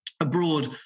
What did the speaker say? abroad